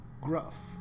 gruff